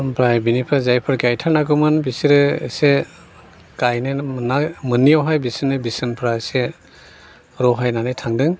ओमफ्राय बेनिफ्राय जायफोर गायथार नांगौमोन बिसोरो एसे गायनो मोनियावहाय बिसोरनि बेसेनफ्रा एसे लरहायनानै थांदों